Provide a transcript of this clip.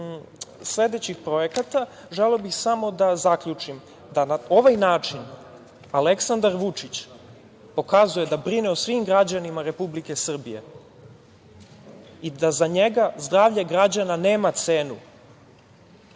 sledećih projekata, želeo bih samo da zaključim da na ovaj način Aleksandar Vučić pokazuje da brine o svim građanima Republike Srbije i da za njega zdravlje građana nema